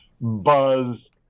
Buzz